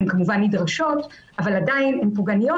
הן כמובן נדרשות אבל עדיין הן פוגעניות